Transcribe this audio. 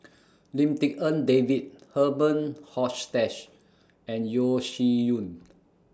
Lim Tik En David Herman Hochstadt and Yeo Shih Yun